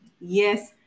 Yes